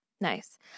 Nice